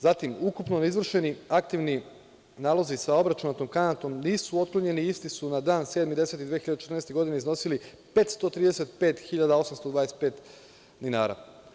Zatim, ukupno izvršeni aktivni nalozi sa obračunatom kamatom nisu otklonjeni i isti su na dan 07. oktobar 2014. godine iznosili 535.825 dinara.